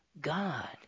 God